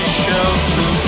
shelter